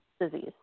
disease